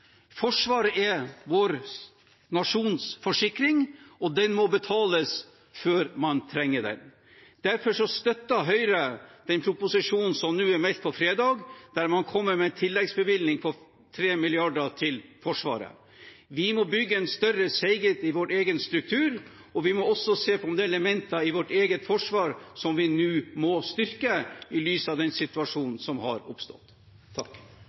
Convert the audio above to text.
Forsvaret er vår nasjons forsikring, og den må betales før man trenger den. Derfor støtter Høyre den proposisjonen som er meldt, der man kommer med en tilleggsbevilgning på 3 mrd. kr til Forsvaret. Vi må bygge en større seighet i vår egen struktur, og vi må også se på om det er elementer i vårt eget forsvar som vi nå må styrke, i lys av den situasjonen som har oppstått.